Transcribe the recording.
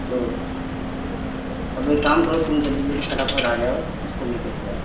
तो अब एक काम करो प्लीज जल्दी जल्दी फटाफट आ जाओ इसको लेकर जाओ